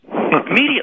Immediately